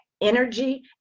energy